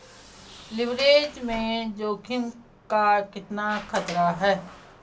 Leverage में जोखिम का कितना खतरा है?